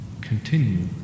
Continue